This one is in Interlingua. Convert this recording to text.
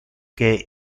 que